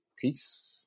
Peace